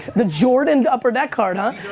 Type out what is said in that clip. the jordan upper deck card um